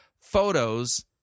photos